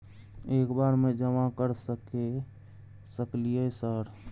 एक बार में जमा कर सके सकलियै सर?